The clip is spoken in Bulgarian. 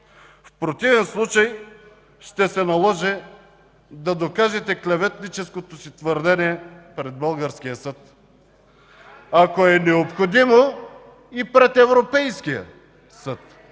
В противен случай ще се наложи да докажете клеветническото си твърдение пред българския съд. (Шум и реплики.) Ако е необходимо, и пред Европейския съд.